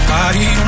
Body